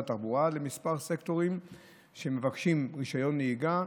התחבורה לכמה סקטורים שמבקשים רישיון נהיגה.